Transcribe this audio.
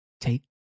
Take